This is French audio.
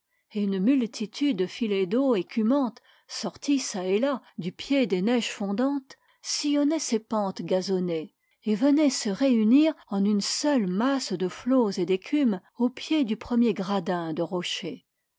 et une multitude de filets d'eau écumante sortis çà et là du pied des neiges fondantes sillonnaient ces pentes gazonnées et venaient se réunir en une seule masse de flots et d'écume au pied du premier gradin de rochers